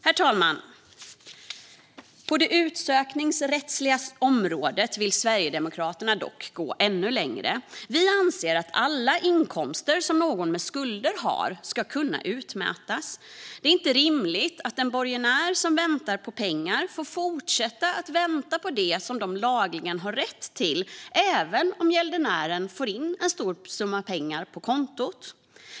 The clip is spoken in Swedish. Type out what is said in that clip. Herr talman! På det utsökningsrättsliga området vill Sverigedemokraterna dock gå ännu längre. Vi anser att alla inkomster som någon med skulder har ska kunna utmätas. Det är inte rimligt att en borgenär som väntar på pengar får fortsätta vänta på det som den lagligen har rätt till även om gäldenären får in en stor summa pengar på kontot.